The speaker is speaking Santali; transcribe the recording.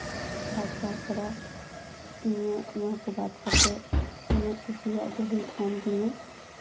ᱟᱨ ᱛᱟᱪᱷᱟᱲᱟ ᱤᱧᱟᱹᱜ ᱱᱚᱣᱟ ᱠᱚ ᱵᱟᱫ ᱠᱟᱛᱮᱫ ᱤᱧᱟᱹᱜ ᱠᱩᱥᱤᱭᱟᱜ ᱫᱚ ᱦᱩᱭᱩᱜ ᱠᱟᱱ ᱛᱤᱧᱟᱹ